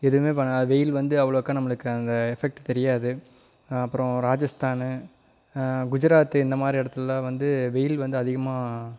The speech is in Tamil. எதுவுமே பண்ணால் வெயில் வந்து அவ்வளோக்கா நம்மளுக்கு அந்த எஃபெக்ட் தெரியாது அப்புறம் ராஜஸ்தான் குஜராத் இந்தமாதிரி இடத்துலலாம் வந்து வெயில் வந்து அதிகமாக